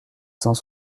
cent